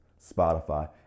Spotify